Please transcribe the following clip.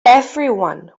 everyone